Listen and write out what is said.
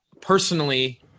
Personally